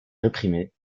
réprimée